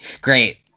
Great